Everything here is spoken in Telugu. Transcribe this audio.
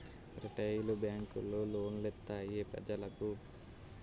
రిటైలు బేంకులు లోను లిత్తాయి పెజలకు